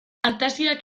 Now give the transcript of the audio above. artaziak